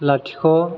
लाथिख'